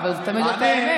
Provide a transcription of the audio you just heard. אבל זאת האמת.